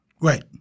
Right